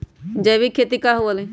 जैविक खेती की हुआ लाई?